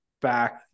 back